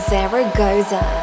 Zaragoza